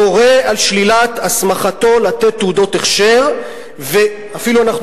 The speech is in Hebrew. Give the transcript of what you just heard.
"תורה על שלילת הסמכתו לתת תעודות הכשר"; אפילו אנחנו